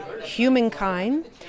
humankind